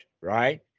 right